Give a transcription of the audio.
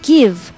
Give